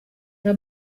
www